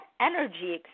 energy